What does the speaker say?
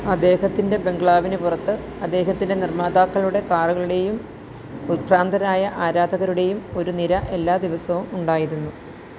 അദ്ദേഹത്തിന്റെ ബംഗ്ലാവിന് പുറത്ത് അദ്ദേഹത്തിൻ്റെ നിർമ്മാതാക്കളുടെ കാറുകളുടെയും ഉത്ഭ്രാന്തരായ ആരാധകരുടെയും ഒരു നിര എല്ലാ ദിവസവും ഉണ്ടായിരുന്നു